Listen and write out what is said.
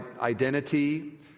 identity